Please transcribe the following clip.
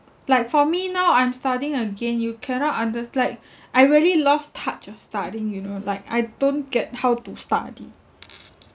like for me now I'm studying again you cannot unders~ like I really lost touch of studying you know like I don't get how to study